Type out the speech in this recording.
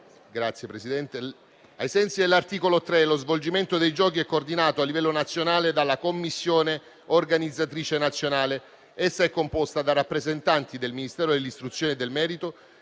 Grazie, Presidente. Ai sensi dell'articolo 3, lo svolgimento dei giochi è coordinato a livello nazionale dalla Commissione organizzatrice nazionale. Essa è composta da rappresentanti del Ministero dell'istruzione e del merito,